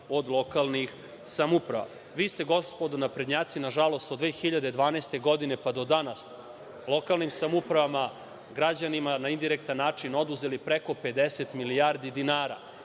od lokalnih samouprava. Vi ste gospodo naprednjaci, nažalost, od 2012. godine pa do danas, lokalnim samoupravama, građanima na indirektan način oduzeli preko 50 milijardi dinara.